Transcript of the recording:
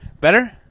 Better